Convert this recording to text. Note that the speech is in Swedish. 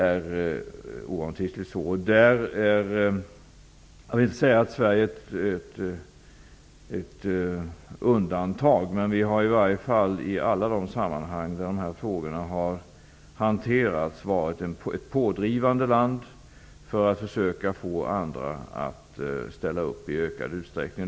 Jag vill inte säga att Sverige är ett undantag, men vi i Sverige har i alla de sammanhang där de här frågorna har hanterats varit pådrivande för att försöka få andra att ställa upp i ökad utsträckning.